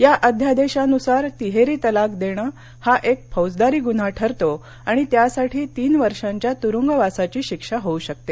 या अध्यादेशानुसार तिहेरी तलाक देणं हा एक फौजदारी गुन्हा ठरतो आणि त्यासाठी तीन वर्षाच्या तुरुंगवासाची शिक्षा होऊ शकते